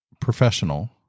professional